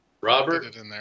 Robert